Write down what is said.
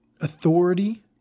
authority